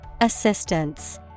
Assistance